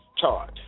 charge